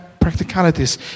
practicalities